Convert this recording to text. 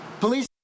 Police